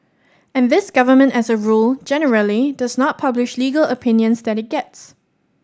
and this government as a rule generally does not publish legal opinions that it gets